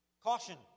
caution